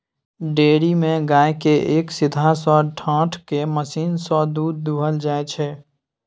dairy मे गाय केँ एक सीधहा सँ ठाढ़ कए मशीन सँ दुध दुहल जाइ छै